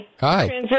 Hi